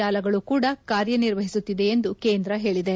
ಜಾಲಗಳೂ ಕೂಡ ಕಾರ್ಯನಿರ್ವಹಿಸುತ್ತಿದೆ ಎಂದು ಕೇಂದ್ರ ಹೇಳಿದೆ